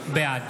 בעד